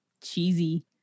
cheesy